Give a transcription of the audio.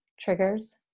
triggers